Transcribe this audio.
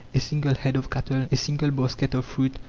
a single head of cattle, a single basket of fruit,